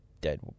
dead